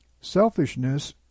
Selfishness